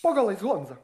po galais honza